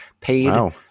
paid